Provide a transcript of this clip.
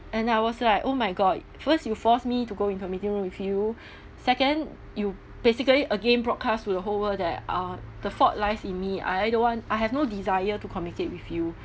and I was like oh my god first you force me to go in meeting room with you second you basically again broadcasts with whole world that uh the fault lies in me I don't want I have no desire to communicate with you